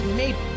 made